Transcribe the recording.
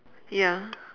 ya